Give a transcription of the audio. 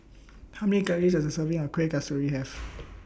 How Many Calories Does A Serving of Kueh Kasturi Have